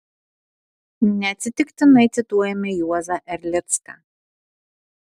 neatsitiktinai cituojame juozą erlicką